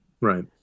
right